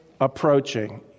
approaching